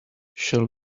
shall